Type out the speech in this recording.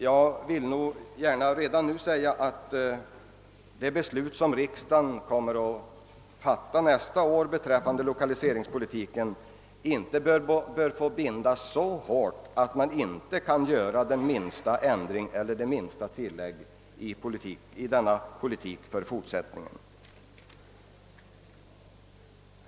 — Jag vill redan nu säga att det beslut som riksdagen kommer att fatta nästa år beträffande lokaliseringspolitiken inte bör få bindas så hårt att inte minsta ändring eller tilllägg kan göras.